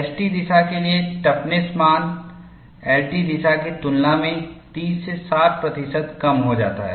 S T दिशा के लिए टफनेस मान L T दिशा की तुलना में 30 से 60 प्रतिशत कम हो सकता है